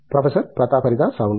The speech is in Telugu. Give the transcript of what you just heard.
ప్రొఫెసర్ ప్రతాప్ హరిదాస్ అవును